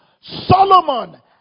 Solomon